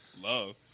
Love